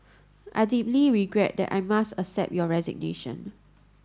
I deeply regret that I must accept your resignation